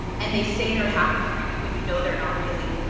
and they say they are happy for you, but you know they are not really.